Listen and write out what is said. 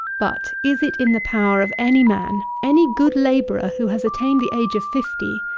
but is it in the power of any man, any good labourer, who has attained the age of fifty,